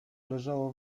leżało